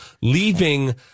leaving